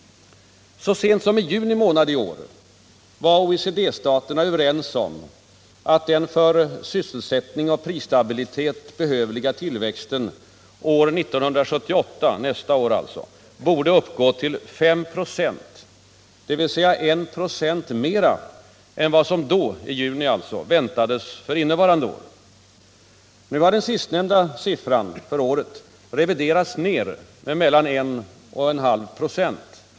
Så sent som i juni månad i år var OECD-staterna överens om att den för sysselsättning och prisstabilitet behövliga tillväxten år 1978 borde uppgå till 5 26, dvs. 1 96 mera än vad som då väntades för 1977. Nu har siffran för det sistnämnda året reviderats ner med mellan 1 och 0,5 96.